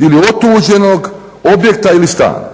ili otuđenog objekta ili stana?